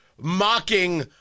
mocking